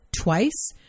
twice